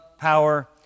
power